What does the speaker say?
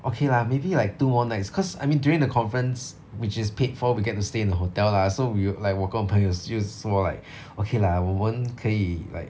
okay lah maybe like two more nights cause I mean during the conference which is paid for we get to stay in the hotel lah so we w~ like 我跟我朋友就说 like okay lah 我们可以 like